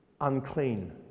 unclean